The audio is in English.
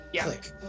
Click